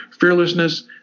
fearlessness